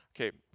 Okay